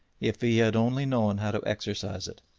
if he had only known how to exercise it.